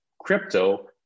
crypto